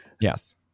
Yes